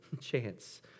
chance